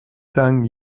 tang